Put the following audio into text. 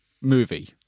movie